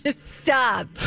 stop